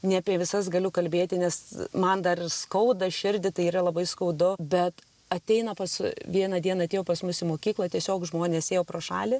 ne apie visas galiu kalbėti nes man dar skauda širdį tai yra labai skaudu bet ateina pas vieną dieną atėjo pas mus į mokyklą tiesiog žmonės ėjo pro šalį